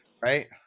Right